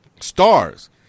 stars